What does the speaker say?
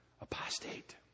apostate